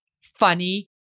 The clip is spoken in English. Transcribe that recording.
funny